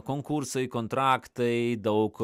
konkursai kontraktai daug